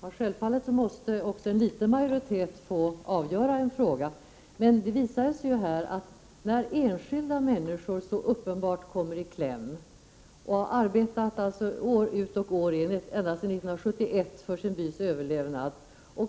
Herr talman! Självfallet måste också en liten majoritet få avgöra en fråga. Det har emellertid visats i detta fall att enskilda människor så uppenbart kommer i kläm. De har sedan 1971 arbetat år ut och år in för sin bys överlevnad.